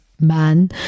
man